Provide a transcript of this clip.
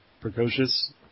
precocious